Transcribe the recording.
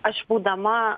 aš būdama